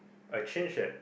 I change at